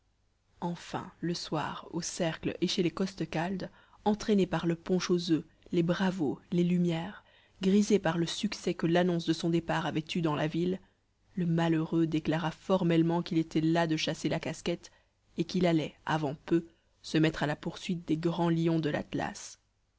enfin le soir au cercle et chez les costecalde entraîné par le punch aux oeufs les bravos les lumières grisé par le succès page que l'annonce de son départ avait eu dans la ville le malheureux déclara formellement qu'il était las de chasser la casquette et qu'il allait avant peu se mettre à la poursuite des grands lions de l'atlas